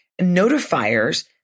notifiers